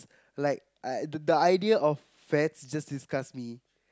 like I the the idea of fats just disgust me